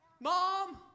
Mom